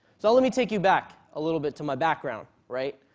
so let me take you back a little bit to my background, right.